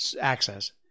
access